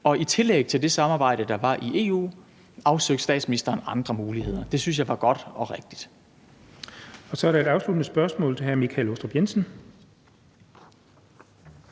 og i tillæg til det samarbejde, der var i EU, afsøgte statsministeren andre muligheder. Det synes jeg var godt og rigtigt. Kl. 13:55 Den fg. formand (Jens Henrik Thulesen